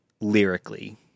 lyrically